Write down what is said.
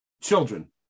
children